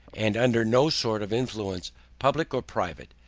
and under no sort of influence public or private,